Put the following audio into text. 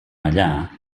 allà